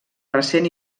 recent